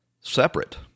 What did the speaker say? separate